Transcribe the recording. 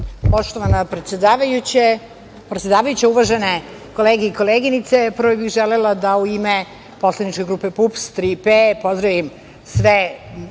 Poštovana predsedavajuća, uvažene kolege i koleginice, prvo bih želela da, u ime poslaničke grupe PUPS „Tri P“, pozdravim sve